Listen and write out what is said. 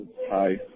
Hi